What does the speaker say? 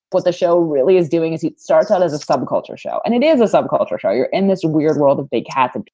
what the show really is doing is it starts out as a subculture show and it is a subculture. you're in this weird world of big hats. and